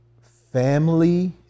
family